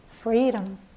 freedom